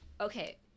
Okay